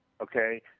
Okay